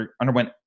underwent